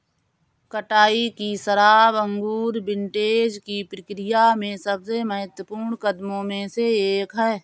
कटाई की शराब अंगूर विंटेज की प्रक्रिया में सबसे महत्वपूर्ण कदमों में से एक है